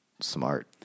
smart